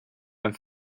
and